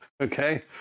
Okay